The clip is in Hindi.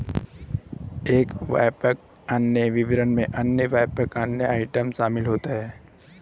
एक व्यापक आय विवरण में अन्य व्यापक आय आइटम शामिल होते हैं